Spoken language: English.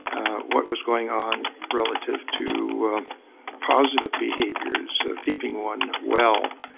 what was going on relative to positive behaviors of keeping one well,